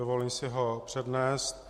Dovolím si ho přednést: